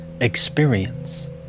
experience